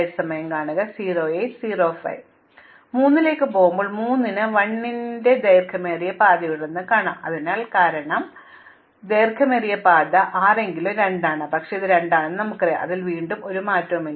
ഇപ്പോൾ ഞങ്ങൾ 3 ലേക്ക് പോകുമ്പോൾ 3 ന് 1 ന്റെ ദൈർഘ്യമേറിയ പാതയുണ്ടെന്ന് പറയുന്നു അതിനാൽ 3 കാരണം ഏറ്റവും ദൈർഘ്യമേറിയ പാത 6 എങ്കിലും 2 ആണ് പക്ഷേ ഇത് 2 ആണെന്ന് നമുക്കറിയാം അതിനാൽ വീണ്ടും ഒരു മാറ്റവുമില്ല